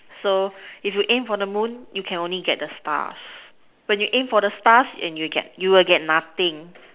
so if you aim for the moon you can only get the stars when you aim for the stars and you get you will get nothing